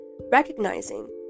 recognizing